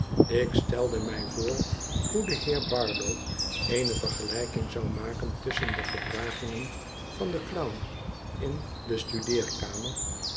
ik stelde mij voor hoe de heer barlow eene vergelijking zou maken tusschen de gedragingen van den clown in de